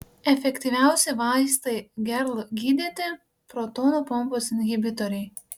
efektyviausi vaistai gerl gydyti protonų pompos inhibitoriai